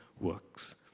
works